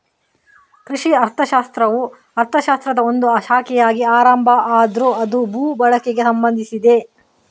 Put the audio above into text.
ಕೃಷಿ ಅರ್ಥಶಾಸ್ತ್ರವು ಅರ್ಥಶಾಸ್ತ್ರದ ಒಂದು ಶಾಖೆಯಾಗಿ ಆರಂಭ ಆದ್ರೂ ಅದು ಭೂ ಬಳಕೆಗೆ ಸಂಬಂಧಿಸಿದೆ